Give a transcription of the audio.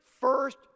first